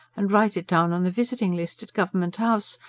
and write it down on the visiting list at government house,